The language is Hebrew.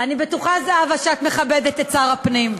אני בטוחה, זהבה, שאת מכבדת את שר הפנים.